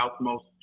southmost